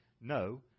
no